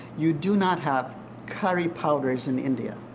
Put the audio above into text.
you do not have curry powders in india.